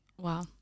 Wow